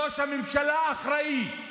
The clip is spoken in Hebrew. ראש הממשלה אחראי,